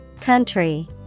Country